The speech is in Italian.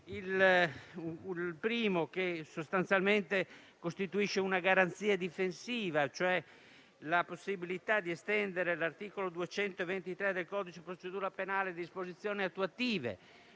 il primo sostanzialmente costituisce una garanzia difensiva, cioè la possibilità di estendere l'articolo 223 del codice di procedura penale (disposizioni attuative),